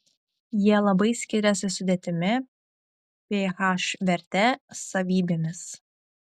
jie labai skiriasi sudėtimi ph verte savybėmis